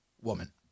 woman